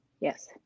yes